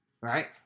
right